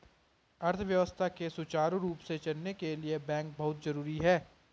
अर्थव्यवस्था के सुचारु रूप से चलने के लिए बैंक बहुत जरुरी हैं